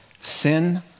sin